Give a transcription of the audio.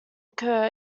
occur